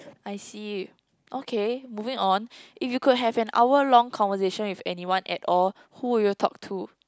I see okay moving on if you could have a hour long conversation with anyone at all who would you talk to